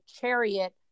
chariot